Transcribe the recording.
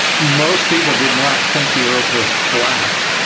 most people did not think the earth was flat,